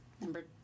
Number